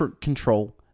control